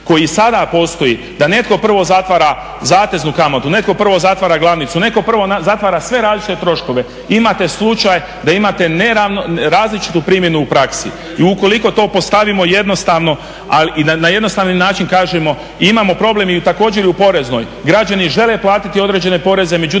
koji sada postoji, da netko prvo zatvara zateznu kamatu, netko prvo zatvara glavnicu, netko prvo zatvara sve različite troškove. Imate slučaj da imate različitu primjenu u praksi i ukoliko to postavimo jednostavno i na jednostavni način kažemo imamo problem, i također u poreznoj, građani žele platiti određene poreze,